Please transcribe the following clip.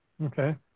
Okay